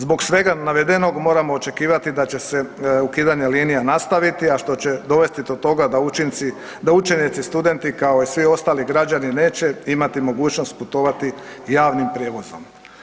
Zbog svega navedenog moramo očekivati da će se ukidanje linija nastaviti, a što će dovesti do toga da učenici, studenti, kao i svi ostali građani neće imati mogućnost putovati javnim prijevozom.